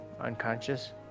unconscious